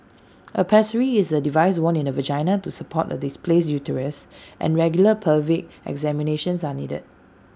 A pessary is A device worn in the vagina to support A displaced uterus and regular pelvic examinations are needed